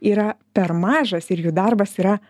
yra per mažas ir jų darbas yra